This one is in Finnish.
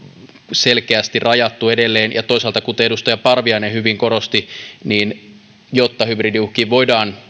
selkeästi rajattu edelleen ja toisaalta kuten edustaja parviainen hyvin korosti jotta hybridiuhkiin voidaan